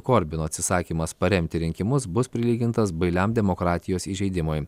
korbino atsisakymas paremti rinkimus bus prilygintas bailiam demokratijos įžeidimui